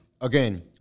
again